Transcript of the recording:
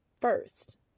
first